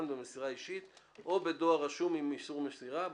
במסירה אישית או בדואר רשום עם אישור מסירה,